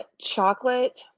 chocolate